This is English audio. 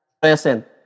present